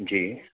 جی